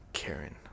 Karen